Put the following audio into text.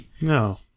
No